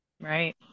Right